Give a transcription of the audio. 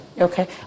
Okay